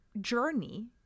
journey